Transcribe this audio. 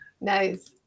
Nice